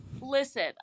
Listen